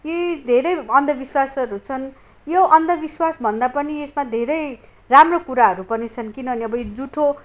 यी धेरै अन्धविश्वासहरू छन् यो अन्धविश्वास भन्दा पनि यसमा धेरै राम्रो कुराहरू पनि छन् किनभने अब जुठो